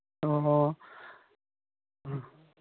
ꯑꯣ ꯑ